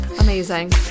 Amazing